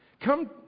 Come